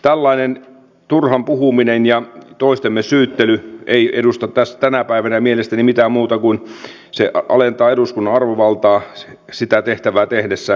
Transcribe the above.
tällainen turhan puhuminen ja toistemme syyttely eivät edusta tänä päivänä mielestäni mitään ne eivät muuta kuin alenna eduskunnan arvovaltaa sen tehdessä sitä tehtävää mihin se on määrätty